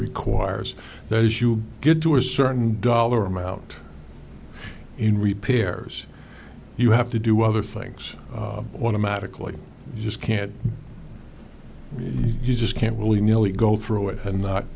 requires that as you get to a certain dollar amount in repairs you have to do other things automatically you just can't really you just can't really merely go through it and not